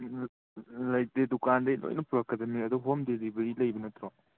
ꯂꯩꯇꯦ ꯗꯨꯀꯥꯟꯗꯩ ꯂꯣꯏꯅ ꯄꯨꯔꯛꯀꯗꯕꯅꯦ ꯑꯗꯣ ꯍꯣꯝ ꯗꯦꯂꯤꯚꯔꯤ ꯂꯩꯕ ꯅꯠꯇ꯭ꯔꯣ